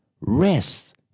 Rest